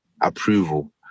approval